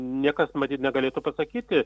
niekas matyt negalėtų pasakyti